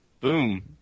Boom